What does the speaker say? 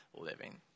living